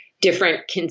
different